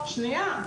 שנייה.